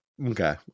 Okay